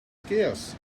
scarce